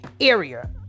area